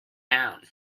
down